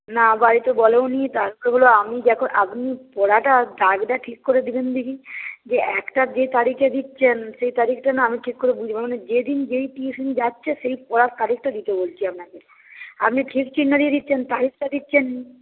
না বাড়িতে বলেও নি তারপর হলো আমি আপনি পড়াটা দাগটা ঠিক করে দিবেন দেখি যে একটা যে তারিখে দিচ্ছেন সেই তারিখটা না আমি ঠিক করে বুঝতে মানে যে দিন যেই টিউশনি যাচ্ছে সেই পড়ার তারিখটা দিতে বলছি আপনাকে আপনি ফিফথ লিখছেন তারিখটা দিচ্ছেন